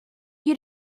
you